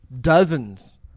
dozens